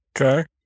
Okay